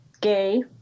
gay